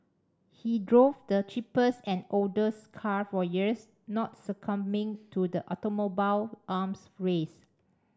he drove the cheapest and oldest car for years not succumbing to the automobile arms race